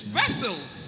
vessels